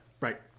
Right